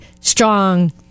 strong